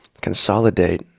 consolidate